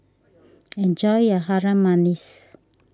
enjoy your Harum Manis